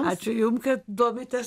ačiū jum kad domitės